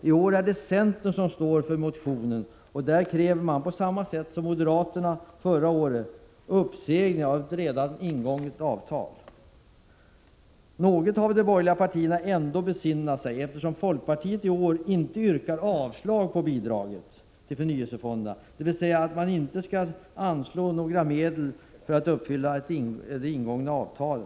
I år är det centern som står för motionen och där kräver man — liksom moderaterna gjorde förra — Prot. 1986/87:122 året — uppsägning av ett redan ingånget avtal. 13 maj 1987 Men något har väl de borgerliga partierna ändå besinnat sig, eftersom folkpartiet i år inte yrkar avslag beträffande bidraget till förnyelsefonderna — CRT an SAK a R az förnyelsefonderna dvs. att man inte skulle anslå några medel för att uppfylla ingångna avtal.